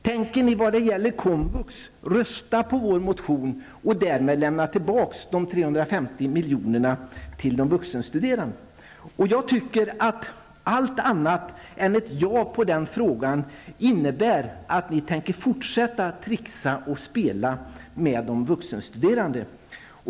Tänker ni vad gäller komvux rösta för vår motion och därmed medverka till att de 350 miljonerna lämnas tillbaka till de vuxenstuderande? Allt annat än ett ja som svar på den frågan innebär enligt min mening att ni tänker fortsätta att trixa och spela med de vuxenstuderande.